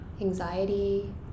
anxiety